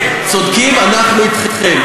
צודקים, אנחנו אתכם.